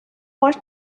much